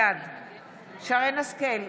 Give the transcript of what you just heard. בעד שרן מרים השכל,